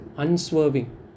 Unswerving